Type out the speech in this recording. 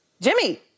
Jimmy